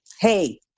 hey